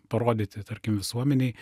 parodyti tarkim visuomenei